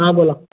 हां बोला